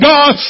God